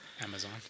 Amazon